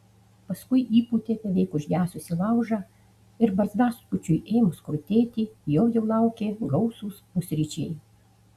paskui įpūtė beveik užgesusį laužą ir barzdaskučiui ėmus krutėti jo jau laukė gausūs pusryčiai